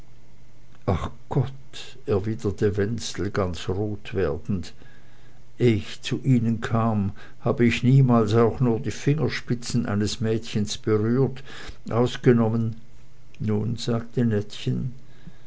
ach gott erwiderte wenzel ganz rot werdend eh ich zu ihnen kam habe ich niemals auch nur die fingerspitzen eines mädchens berührt ausgenommen nun sagte nettchen